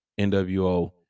NWO